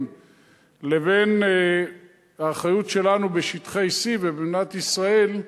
לבין האחריות שלנו בשטחי C ובמדינת ישראל,